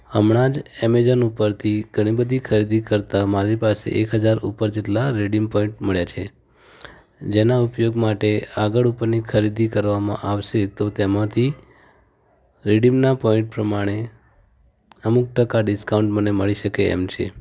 હમણાં જ એમેઝોન ઉપરથી ઘણી બધી ખરીદી કરતાં મારી પાસે એક હજાર ઉપર જેટલાં રીડીમ પૉઈન્ટ મળ્યા છે જેના ઉપયોગ માટે આગળ ઉપરની ખરીદી કરવામાં આવશે તો તેમાંથી રીડીમના પૉઈન્ટ પ્રમાણે અમુક ટકા ડીસ્કાઉન્ટ મને મળી શકે એમ છે